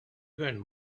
gvern